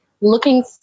looking